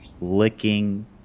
licking